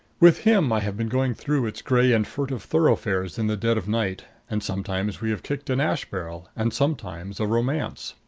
with him i have been going through its gray and furtive thoroughfares in the dead of night, and sometimes we have kicked an ash-barrel and sometimes a romance.